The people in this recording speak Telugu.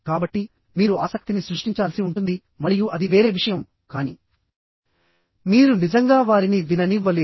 కాబట్టి మీరు ఆసక్తిని సృష్టించాల్సి ఉంటుంది మరియు అది వేరే విషయం కానీ మీరు నిజంగా వారిని విననివ్వలేరు